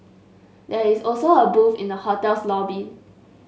there is also a booth in the hotel's lobby